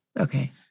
Okay